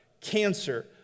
cancer